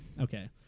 okay